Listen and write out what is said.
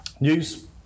news